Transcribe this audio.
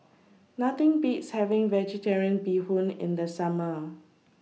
Nothing Beats having Vegetarian Bee Hoon in The Summer